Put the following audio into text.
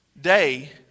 day